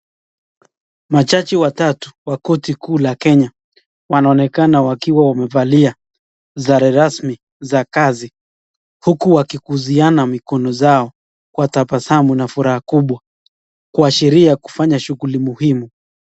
Majaji watatu wa korti kuu la Kenya wanaonekana wakiwa wamevalia sare rasmi za kazi huku wakikuziana mikono zao kwa tabasamu na furaha kubwa kuashiria kufanya shughuli muhimu.